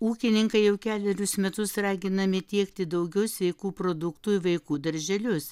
ūkininkai jau kelerius metus raginami tiekti daugiau sveikų produktų į vaikų darželius